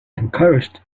encouraged